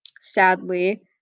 Sadly